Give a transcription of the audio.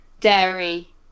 dairy